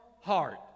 heart